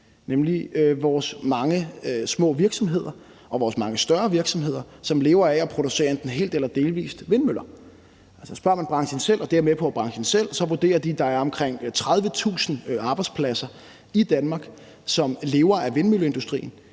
nemlig vores mange små virksomheder og vores mange større virksomheder, som lever af at producere enten hele eller dele af vindmøller. Altså, spørger man branchen selv, vurderer de – og jeg er med på, at det er branchen selv, der gør det – at der er omkring 30.000 arbejdspladser i Danmark, hvor man lever af vindmølleindustrien.